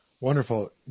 Wonderful